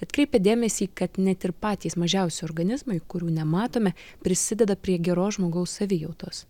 atkreipė dėmesį kad net ir patys mažiausi organizmai kurių nematome prisideda prie geros žmogaus savijautos